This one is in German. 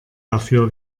dafür